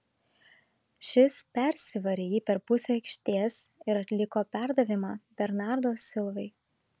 šis persivarė jį per pusę aikštės ir atliko perdavimą bernardo silvai